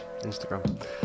Instagram